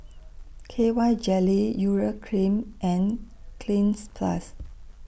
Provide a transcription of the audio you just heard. K Y Jelly Urea Cream and Cleanz Plus